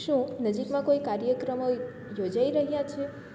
શું નજીકમાં કોઈ કાર્યક્રમો યોજાઈ રહ્યા છે